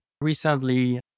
recently